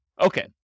Okay